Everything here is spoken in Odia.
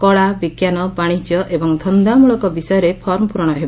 କଳା ବିଙ୍କାନନ ବାଶିଜ୍ୟ ଏବଂ ଧନ୍ଦାମଳକ ବିଷୟରେ ଫର୍ମ ପ୍ ରଶ ହେବ